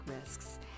risks